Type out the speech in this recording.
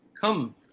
come